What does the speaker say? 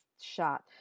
shot